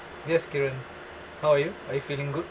yes karen how are you are you feeling good